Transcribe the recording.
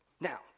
Now